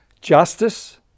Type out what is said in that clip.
justice